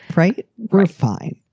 right. right. fine.